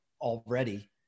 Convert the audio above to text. already